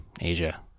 Asia